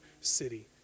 city